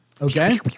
Okay